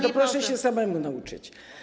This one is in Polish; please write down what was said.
To proszę się samemu nauczyć.